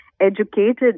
educated